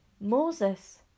Moses